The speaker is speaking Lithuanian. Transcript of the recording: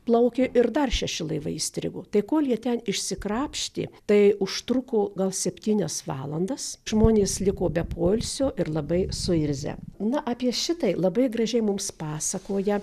plaukė ir dar šeši laivai įstrigo tai kol jie ten išsikrapštė tai užtruko gal septynias valandas žmonės liko be poilsio ir labai suirzę na apie šitai labai gražiai mums pasakoja